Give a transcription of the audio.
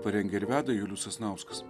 parengė ir veda julius sasnauskas